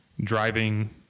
driving